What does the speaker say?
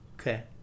Okay